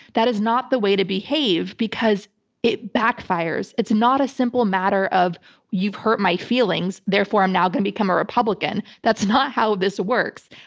that is not the way to behave because it backfires. it's not a simple matter of you've hurt my feelings, therefore, i'm now going to become a republican. that's not how this works.